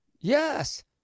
Yes